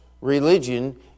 religion